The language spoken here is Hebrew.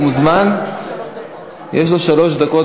הוא מוזמן, יש לו שלוש דקות,